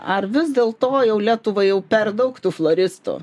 ar vis dėlto jau lietuvai jau per daug tų floristų